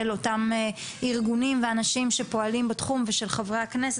אותם ארגונים ואנשים שפועלים בתחום ושל חברי הכנסת,